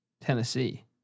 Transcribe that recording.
Tennessee